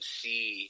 see